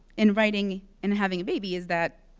in writing and having a baby is that,